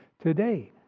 today